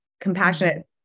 compassionate